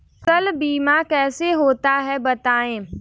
फसल बीमा कैसे होता है बताएँ?